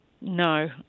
no